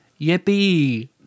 Yippee